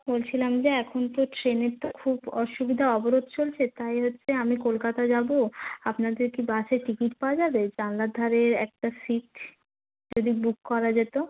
বলছিলাম যে এখন তো ট্রেনের তো খুব অসুবিধা অবরোধ চলছে তাই হচ্ছে আমি কলকাতা যাবো আপনাদের কি বাসের টিকিট পাওয়া যাবে জানলার ধারের একটা সিট যদি বুক করা যেত